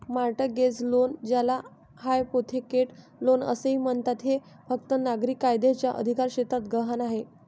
mortgage loan, ज्याला hypothecate loan असेही म्हणतात, हे फक्त नागरी कायद्याच्या अधिकारक्षेत्रात गहाण आहे